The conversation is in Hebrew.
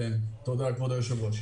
תודה כבוד היושב-ראש,